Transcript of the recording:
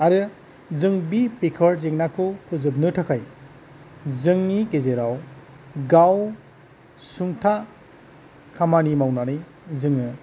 आरो जों बे बेकार जेंनाखौ फोजोबनो थाखाय जोंनि गेजेराव गावसुंथा खामानि मावनानै जोङो